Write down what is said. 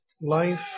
life